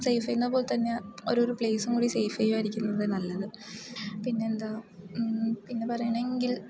safe ചെയ്യുന്ന പോലെ തന്നെ ഓരോരോ പ്ലേസും കൂടി സേഫ് ചെയ്യുന്നതുമായിരിക്കുന്നത് നല്ലത് പിന്നെന്താ പിന്നെ പറയുകയാണെങ്കിൽ